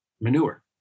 manure